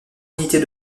unités